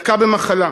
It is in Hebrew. לקה במחלה.